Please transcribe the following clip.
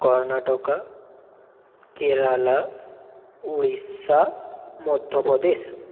Karnataka Kerala Orissa Madhya Pradesh